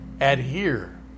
adhere